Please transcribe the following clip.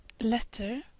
letter